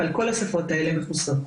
אבל כל השפות האלה מכוסות.